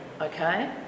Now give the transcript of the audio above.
okay